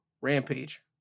Rampage